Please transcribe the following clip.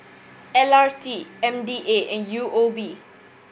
L R T M D A and U O B